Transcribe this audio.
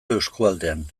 eskualdean